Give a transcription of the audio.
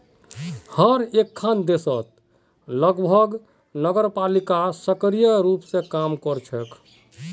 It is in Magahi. हर एकखन देशत लगभग नगरपालिका सक्रिय रूप स काम कर छेक